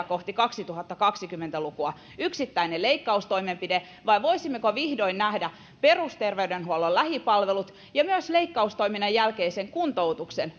kohti kaksituhattakaksikymmentä lukua todella yksittäinen leikkaustoimenpide vai voisimmeko vihdoin nähdä perusterveydenhuollon lähipalvelut ja myös leikkaustoiminnan jälkeisen kuntoutuksen